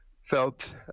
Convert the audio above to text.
felt